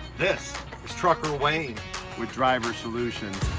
this is trucker wayne with driver solutions.